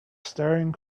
staring